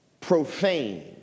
profane